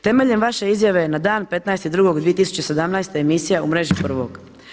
Temeljem vaše izjave na dan 15.2.2017. emisija u mreži prvog.